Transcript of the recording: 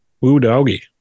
Woo-doggy